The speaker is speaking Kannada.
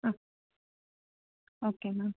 ಹಾಂ ಓಕೆ ಮ್ಯಾಮ್